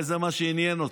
הרי זה מה שעניין אתכם.